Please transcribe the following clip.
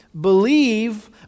believe